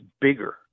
bigger